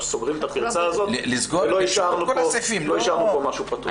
סוגרים את הפרצה הזאת ולא השארנו פה משהו פתוח.